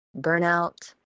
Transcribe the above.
burnout